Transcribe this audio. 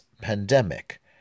pandemic